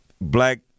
Black